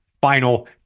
final